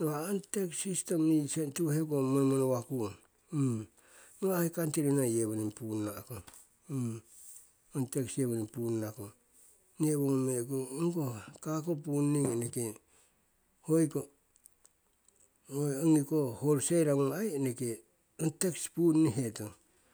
Nawa' ong tax system yii sen tiwo hekowo monomono wakung, nawa' hoi country noi yewoning punna'kong, ong tax yewoning punnakong. Nee owo ngome'kong ong koh kako punning eneke hoi ko ongi koh wholesaler ngung aii eneke ong tax punnihetong.